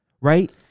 right